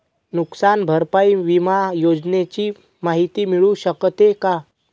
नुकसान भरपाई विमा योजनेची माहिती मिळू शकते का?